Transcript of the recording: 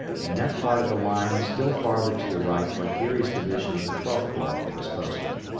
and that part of the line still farther to the right where geary's division of the twelfth corps was posted.